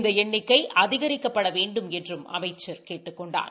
இந்த எண்ணிக்கை அதிகரிக்கப்பட வேண்டுமென்றும் அமைச்சர் கேட்டுக் கொண்டார்